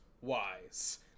wise